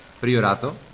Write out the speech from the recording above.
Priorato